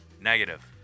Negative